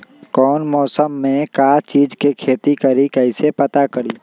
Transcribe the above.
कौन मौसम में का चीज़ के खेती करी कईसे पता करी?